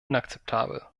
inakzeptabel